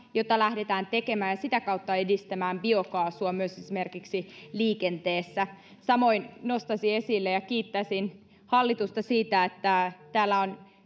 jota lähdetään tekemään ja sitä kautta edistämään biokaasua myös esimerkiksi liikenteessä samoin nostaisin esille sen ja kiittäisin hallitusta siitä että täällä on